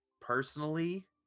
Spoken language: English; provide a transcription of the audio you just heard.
personally